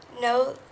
No